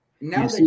now